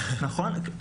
נכון.